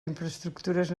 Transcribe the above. infraestructures